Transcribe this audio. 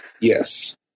Yes